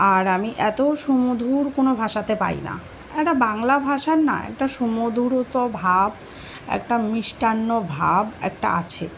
আর আমি এত সুমধুর কোনো ভাষাতে পাই না একটা বাংলা ভাষার না একটা সুমধুর ভাব একটা মিষ্টি ভাব একটা আছে